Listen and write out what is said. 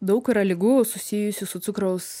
daug yra ligų susijusių su cukraus